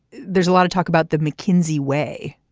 there's a lot of talk about the mckinsey way.